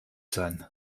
sein